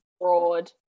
broad